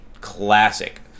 classic